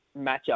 matchup